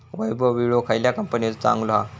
वैभव विळो खयल्या कंपनीचो चांगलो हा?